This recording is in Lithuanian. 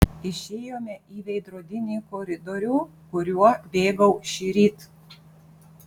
išėjome į veidrodinį koridorių kuriuo bėgau šįryt